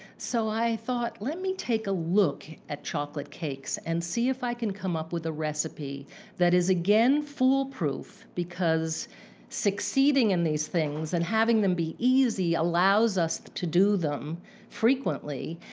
so i thought, let me take a look at chocolate cakes and see if i can come up with a recipe that is again fool-proof, because succeeding in these things and having them be easy allows us to do them frequently.